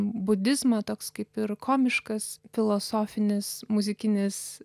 budizmą toks kaip ir komiškas filosofinis muzikinis